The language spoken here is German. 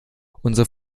unsere